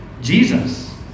Jesus